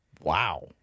Wow